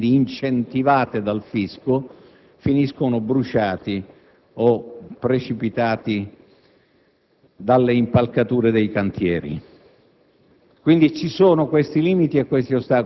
prestazioni straordinarie detassate, quindi incentivate dal fisco, finiscono bruciati o precipitati